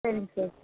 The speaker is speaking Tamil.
சரிங்க சார்